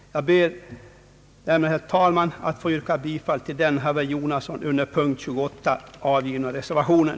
Jag ber härmed, herr talman, att få yrka bifall till den av herr Jonasson under punkt 28 avgivna reservationen.